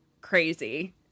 crazy